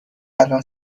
الان